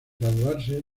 graduarse